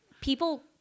people